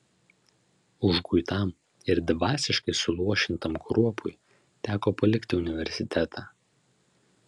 užguitam ir dvasiškai suluošintam kruopui teko palikti universitetą